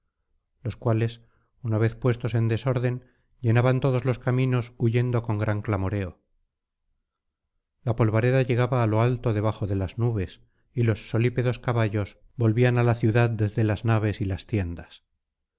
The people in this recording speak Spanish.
los cuales una vez puestos en desorden llenaban todos los caminos huyendo con gran clamoreo la polvareda llegaba á lo alto debajo de las nubes y los solípedos caballos volvían á la ciudad desde las naves y las tiendas